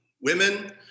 Women